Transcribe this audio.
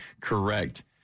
correct